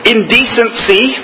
Indecency